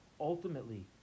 ultimately